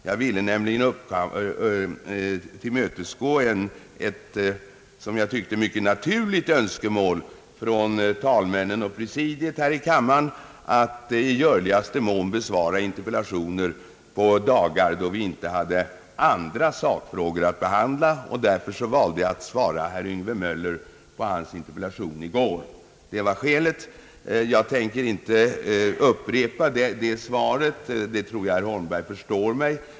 Jag ville nämligen tillmötesgå ett som jag tyckte mycket naturligt önskemål från talmännen och presidiet i kammaren ätt i görligaste mån besvåra interpellationer de dagar vi inte har andra sakfrågor att behandla. Därför valde jag att svara på herr Yngve Möllers interpellation i går. Jag tänker inte upprepa svaret, och jag tror herr Holmberg förstår mig.